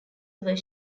were